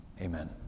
amen